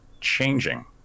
changing